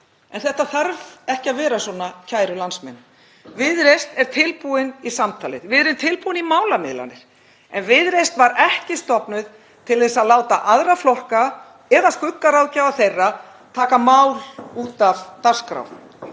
En þetta þarf ekki að vera svona, kæru landsmenn. Viðreisn er tilbúin í samtalið. Við erum tilbúin í málamiðlanir, en Viðreisn var ekki stofnuð til þess að láta aðra flokka eða skuggaráðgjafa þeirra taka mál af dagskrá.